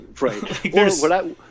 Right